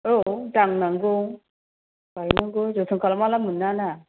औ दांनांगौ गायनांगौ जोथोन खालामाला मोना ना